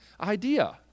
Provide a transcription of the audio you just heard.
idea